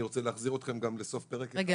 אני רוצה להחזיר אתכם גם לסוף פרק 11 --- רגע.